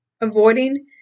avoiding